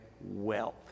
wealth